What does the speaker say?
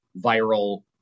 viral